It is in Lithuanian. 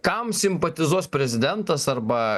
kam simpatizuos prezidentas arba